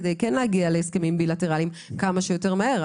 כדי כן להגיע להסכמים בילטרליים כמה שיותר מהר.